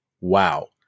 wow